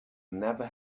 never